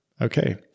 Okay